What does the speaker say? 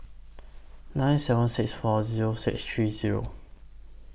nine seven six four Zero six three Zero